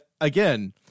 again